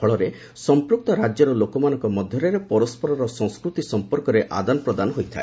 ଫଳରେ ସଂପୃକ୍ତ ରାଜ୍ୟର ଲୋକମାନଙ୍କ ମଧ୍ୟରେ ପରସ୍କରର ସଂସ୍କୃତି ସଂପର୍କରେ ଆଦାନପ୍ରଦାନ ହୋଇଥାଏ